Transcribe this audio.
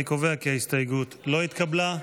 אני קובע כי ההסתייגות לא התקבלה.